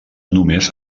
només